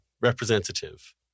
representative